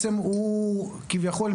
כביכול,